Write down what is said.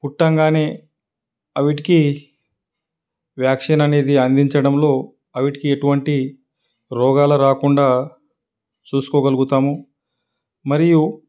పుట్టగానే వాటికి వ్యాక్సిన్ అనేది అందించడంలో వాటికి ఎటువంటి రోగాలు రాకుండా చూసుకోగలుగుతాము మరియు